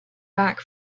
back